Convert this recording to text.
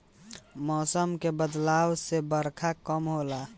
मौसम के बदलाव से बरखा कम होला